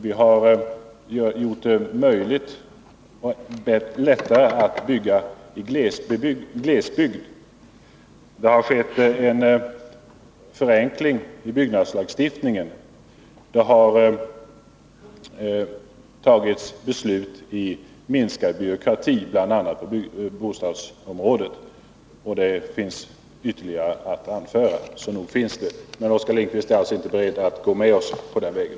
Vi har gjort det lättare att bygga i glesbygd. Det har skett en förenkling av bygglagstiftningen. Det har fattats beslut om minskad byråkrati på bostadsområdet. Det finns ytterligare att anföra. Men Oskar Lindkvist är alltså inte beredd att gå med oss på den vägen.